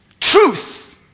truth